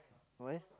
what